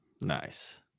Nice